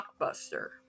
Blockbuster